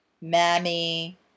mammy